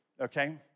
okay